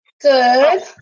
Good